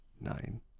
nine